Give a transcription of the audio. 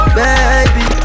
baby